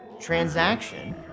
transaction